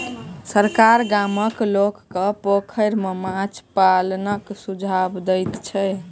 सरकार गामक लोक के पोखैर में माछ पालनक सुझाव दैत छै